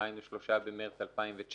דהיינו 3 במרס 2019,